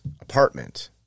apartment